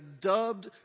dubbed